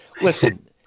listen